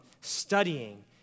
studying